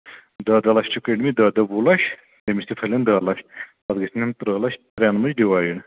دَہ دَہ لَچھ چھِ کٔڑۍمٕتۍ دَہ دَہ وُہ لَچھ تٔمِس تہِ پھلٮ۪ن دَہ لَچھ پَتہٕ گژھن تٕرٛہ لَچھ ترٛٮ۪ن منٛز ڈِوایڈ